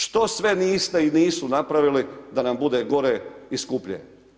Što sve niste i nisu napravili da nam bude gore i skuplje?